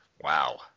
Wow